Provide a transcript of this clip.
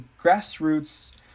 grassroots